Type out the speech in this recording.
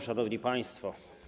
Szanowni Państwo!